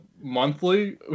monthly